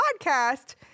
podcast